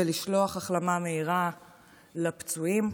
ולשלוח החלמה מהירה לפצועים.